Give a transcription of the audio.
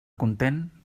content